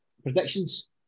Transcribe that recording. Predictions